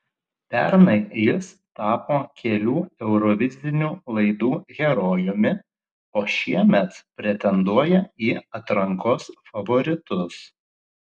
pernai jis tapo kelių eurovizinių laidų herojumi o šiemet pretenduoja į atrankos favoritus